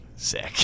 Sick